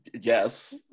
Yes